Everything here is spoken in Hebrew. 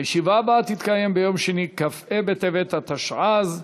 הישיבה הבאה תתקיים ביום שני, כ"ה בטבת התשע"ז,